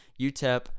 utep